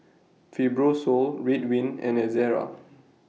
Fibrosol Ridwind and Ezerra